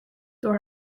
door